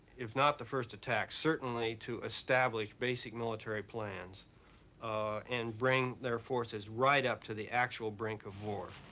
if not the first attack, certainly to establish basic military plans and bring their forces right up to the actual brink of war.